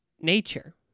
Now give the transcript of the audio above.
nature